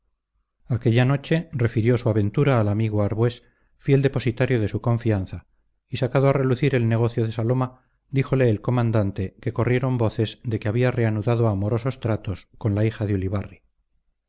aquella noche refugió su aventura al amigo arbués fiel depositario de su confianza y sacado a relucir el negocio de saloma díjole el comandante que corrieron voces de que había reanudado amorosos tratos con la hija de ulibarri